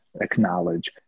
acknowledge